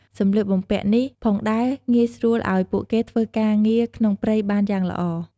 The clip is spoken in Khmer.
សម្លៀកបំពាក់នេះផងដែរងាយស្រួលឱ្យពួកគេធ្វើការងារក្នុងព្រៃបានយ៉ាងល្អ។